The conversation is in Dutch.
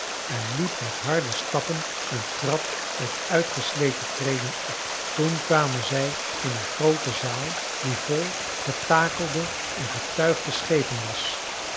en liep met harde stappen een trap met uitgesleten treden op toen kwamen zij in een groote zaal die vol getakelde en getuigde schepen was